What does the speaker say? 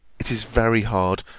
it is very hard,